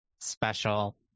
special